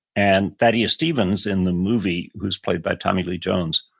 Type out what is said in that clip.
and thaddeus stevens in the movie who's played by tommy lee jones,